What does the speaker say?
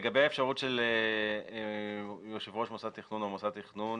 לגבי האפשרות של יושב-ראש מוסד תכנון או מוסד תכנון